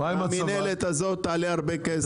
המִנהלת הזאת תעלה הרבה כסף.